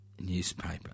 newspaper